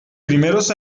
primeros